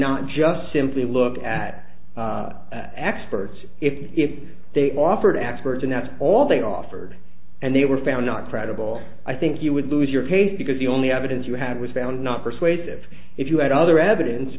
not just simply look at experts if they offered abberton that's all they offered and they were found not credible i think you would lose your case because the only evidence you had was found not persuasive if you had other evidence